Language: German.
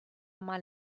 mal